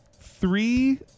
three